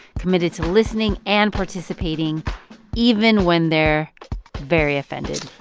committed to listening and participating even when they're very offended